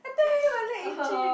I tell you my leg itchy